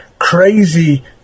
Crazy